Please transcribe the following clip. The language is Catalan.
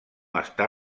està